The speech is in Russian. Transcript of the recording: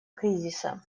кризиса